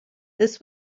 this